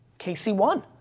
casey won.